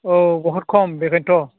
अ बुहुद खम बेखायनोथ'